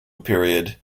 period